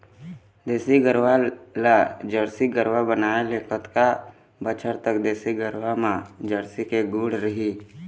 देसी गरवा ला जरसी गरवा बनाए ले कतका बछर तक देसी गरवा मा जरसी के गुण रही?